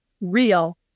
real